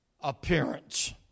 appearance